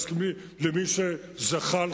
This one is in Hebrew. למי שזחל,